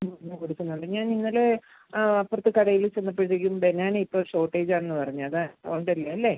നൂറിന് കൊടുക്കുന്നുണ്ട് ഞാൻ ഇന്നലെ ആ അപ്പുറത്തെ കടയിൽ ചെന്നപ്പോഴത്തേക്കും ബനാന ഇപ്പോൾ ഷോർട്ടേജ് ആണെന്ന് പറഞ്ഞു അതാണ് ഉണ്ടല്ലോ അല്ലേ